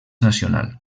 nacional